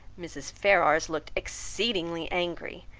mrs. ferrars looked exceedingly angry,